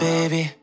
Baby